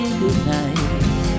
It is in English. goodnight